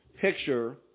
picture